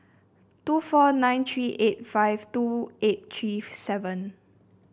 two four nine three eight five two eight three seven